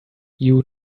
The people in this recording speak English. you